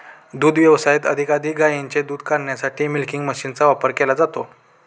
दुग्ध व्यवसायात अधिकाधिक गायींचे दूध काढण्यासाठी मिल्किंग मशीनचा वापर केला जातो